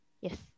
yes